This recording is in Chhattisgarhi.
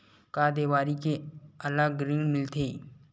का देवारी के अलग ऋण मिलथे?